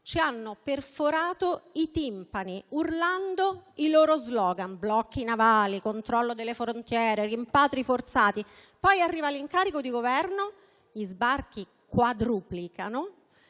ci hanno perforato i timpani urlando i loro *slogan*: blocchi navali, controllo delle frontiere, rimpatri forzati. Poi arriva l'incarico di Governo, gli sbarchi quadruplicano